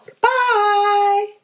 Bye